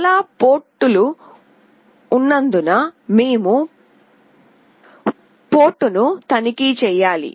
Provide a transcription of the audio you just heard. చాలా పోర్టులు ఉన్నందున మేము పోర్టును తనిఖీ చేయాలి